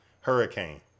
Hurricane